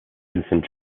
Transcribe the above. winston